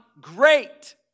great